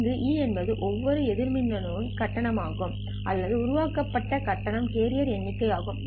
இங்கு e என்பது ஒவ்வொரு எதிர் மின்னணுலு கட்டணம் ஆகும் அல்லது உருவாக்கப்பட்ட கட்டணம் கேரியர் எண்ணிக்கை ஆகும்